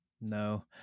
No